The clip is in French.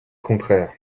contraire